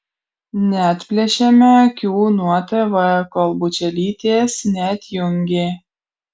neatplėšėme akių nuo tv kol bučelytės neatjungė